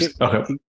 okay